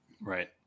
right